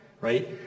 right